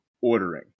ordering